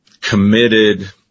committed